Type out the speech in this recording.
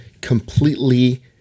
completely